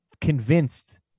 convinced